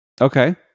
Okay